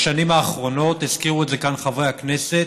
בשנים האחרונות, הזכירו את זה כאן חברי הכנסת,